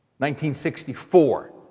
1964